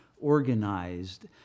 organized